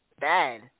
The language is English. bad